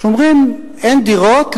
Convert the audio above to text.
אנחנו אומרים: אין דירות,